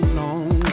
long